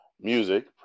Music